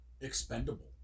Expendable